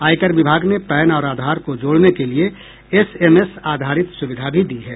आयकर विभाग ने पैन और आधार को जोड़ने के लिए एसएमएस आधारित सुविधा भी दी है